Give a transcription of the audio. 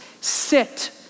sit